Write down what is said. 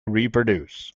reproduce